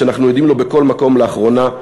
שאנחנו עדים לו בכל מקום לאחרונה,